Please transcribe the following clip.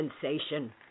sensation